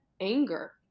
anger